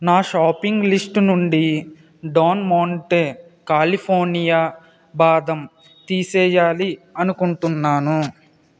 నా shopping list నుండి Don Monte California బాదం తీసేయాలి అనుకుంటున్నాను